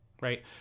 right